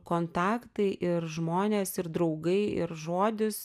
kontaktai ir žmonės ir draugai ir žodis